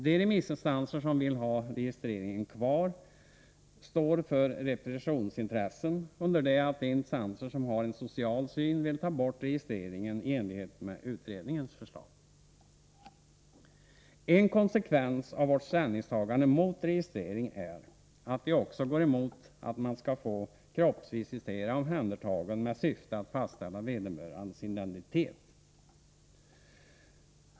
De remissinstanser som vill ha registreringen kvar står för repressionsintressen, under det att de instanser som har en social grundsyn vill ta bort registreringen enligt utredningens förslag. En konsekvens av vårt ställningstagande mot registrering är att vi också går emot att man skall få kroppsvisitera omhändertagen i syfte att fastställa vederbörandes identitet.